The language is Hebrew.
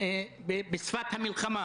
בשפת המלחמה